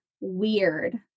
weird